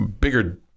bigger